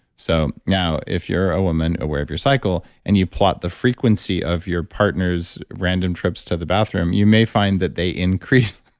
so now if you're a woman aware of your cycle and you plot the frequency of your partner's random trips to the bathroom, you may find that they increase